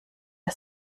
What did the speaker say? der